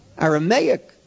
Aramaic